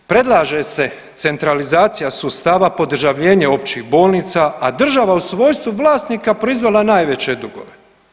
Predlaže se centralizacija sustava, podržavljenje općih bolnica, a država u svojstvu vlasnika proizvela najveće dugove.